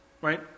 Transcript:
Right